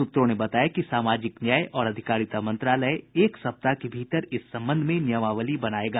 सूत्रों ने बताया कि सामाजिक न्याय और अधिकारिता मंत्रालय एक सप्ताह के भीतर इस संबंध में नियमावली बनायेगा